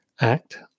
ACT